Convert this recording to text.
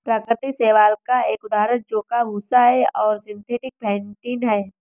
प्राकृतिक शैवाल का एक उदाहरण जौ का भूसा है और सिंथेटिक फेंटिन है